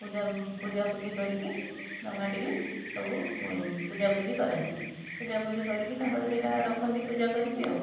ପୂଜା ପୂଜାପୂଜି କରିକି ଡଙ୍ଗାଟିକି ସବୁ ପୂଜାପୂଜି କରନ୍ତି ପୂଜାପୂଜି କରିକି ତାଙ୍କର ସେଇଟା ରଖନ୍ତି ପୂଜା କରିକି ଆଉ